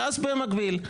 ואז במקביל,